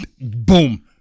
Boom